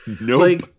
Nope